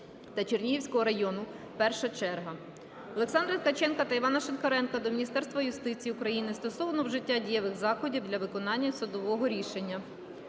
та Чернігівського району 1-а черга". Олександра Ткаченка та Івана Шинкаренка до Міністерства юстиції України стосовно вжиття дієвих заходів для виконання судового рішення.